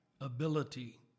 ability